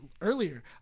earlier